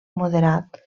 moderat